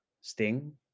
Sting